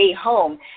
home